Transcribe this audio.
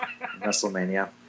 WrestleMania